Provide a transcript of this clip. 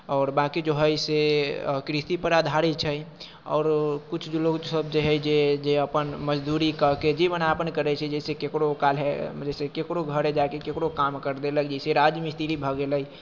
आओर बाकी जे हइ से कृषिपर आधारित छै आओर किछु जो लोक सब जे हइ से जे अपन मजदूरी कऽ कऽ जीवनयापन करै छै जइसे ककरो काले जइसे ककरो घरे जाके ककरो काम करि देलक जइसे राजमिस्त्री भऽ गेलै